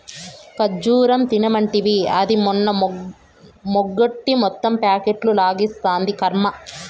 ఖజ్జూరం తినమంటివి, అది అన్నమెగ్గొట్టి మొత్తం ప్యాకెట్లు లాగిస్తాంది, కర్మ